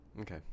Okay